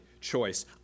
choice